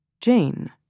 Jane